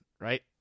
Right